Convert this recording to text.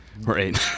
Right